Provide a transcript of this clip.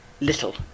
little